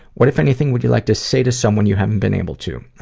what if anything would you like to say to someone you haven't been able to?